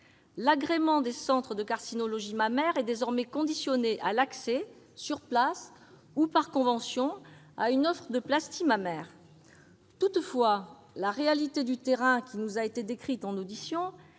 L'agrément des centres de carcinologie mammaire est désormais conditionné à l'accès, sur place ou par convention, à une offre de plastie mammaire. Toutefois, la réalité du terrain qui nous a été décrite en auditions